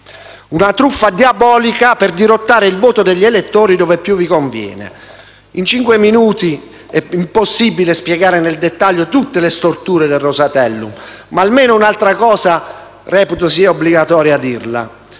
Una truffa diabolica per dirottare il voto degli elettori dove più vi conviene. In cinque minuti è impossibile spiegare nel dettaglio tutte le storture del Rosatellum, ma almeno un'altra cosa reputo sia obbligatorio dirla.